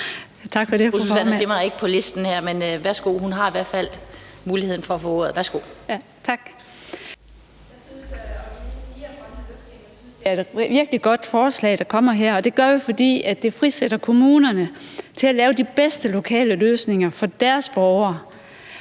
virkelig godt forslag, der er kommet her, fordi det frisætter kommunerne, så de kan lave de bedste lokale løsninger for deres borgere.